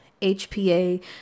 HPA